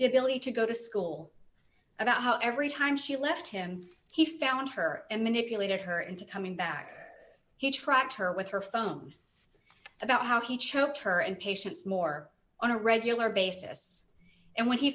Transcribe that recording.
the ability to go to school about how every time she left him he found her and manipulated her into coming back he tracked her with her phone about how he choked her and patients more on a regular basis and when he